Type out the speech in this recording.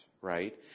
Right